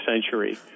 century